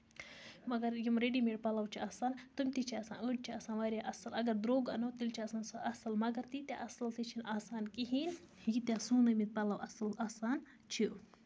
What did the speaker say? مَگر یِم ready made پَلو چھِ آسان تٕم تہِ چھِ آسان أڑۍ چھِ آسان واریاہ اَصٕل اَگر دروٚگ اَنو تیٚلہِ چھُ سُہ آسان اَصٕل مَگر تیٖتیاہ اَصٕل تہِ چھِنہٕ آسان کِہیٖنۍ ییٖتیاہ سُونٲومٕتۍ پَلو اَصٕل آسان چھِ